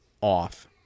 off